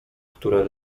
które